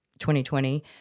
2020